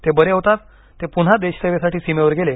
ते बरे होताच ते पुन्हा देश सेवेसाठी सीमेवर गेले